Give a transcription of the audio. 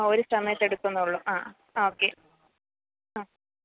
ആ ഒരു സമയത്തെടുക്കുന്നുള്ളൂ ആ ഓക്കെ അ